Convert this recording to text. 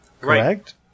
correct